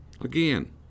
again